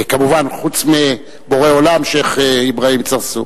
כמובן חוץ מבורא עולם, שיח' אברהים צרצור.